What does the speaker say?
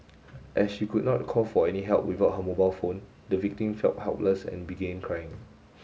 as she could not call for any help without her mobile phone the victim felt helpless and began crying